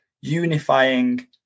unifying